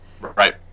Right